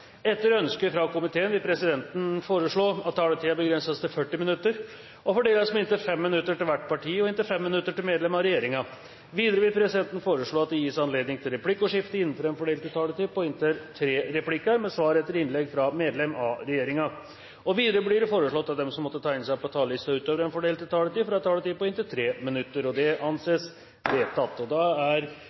Etter ønske fra energi- og miljøkomiteen vil presidenten foreslå at taletiden begrenses til 40 minutter og fordeles med inntil 5 minutter til hvert parti og inntil 5 minutter til medlem av regjeringen. Videre vil presidenten foreslå at det gis anledning til replikkordskifte på inntil tre replikker med svar etter innlegg fra medlem av regjeringen innenfor den fordelte taletid. Videre blir det foreslått at de som måtte tegne seg på talerlisten utover den fordelte taletid, får en taletid på inntil 3 minutter. – Det anses vedtatt. Denne saken dreier seg om endringer i matrikkellova og